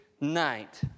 night